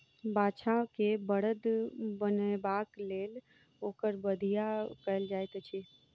बाछा के बड़द बनयबाक लेल ओकर बधिया कयल जाइत छै